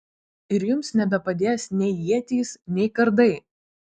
ir jums nebepadės nei ietys nei kardai